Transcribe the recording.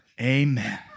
Amen